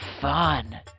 fun